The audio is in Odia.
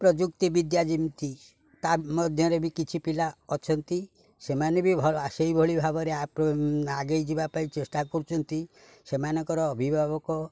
ପ୍ରଯୁକ୍ତି ବିଦ୍ୟା ଯେମିତି ତା ମଧ୍ୟରେ ବି କିଛି ପିଲା ଅଛନ୍ତି ସେମାନେ ବି ଭଲ ସେଇଭଳି ଭାବରେ ଆଗେଇ ଯିବା ପାଇଁ ଚେଷ୍ଟା କରୁଛନ୍ତି ସେମାନଙ୍କର ଅଭିଭାବକ